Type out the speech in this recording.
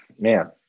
man